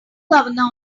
governor